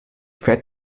fährt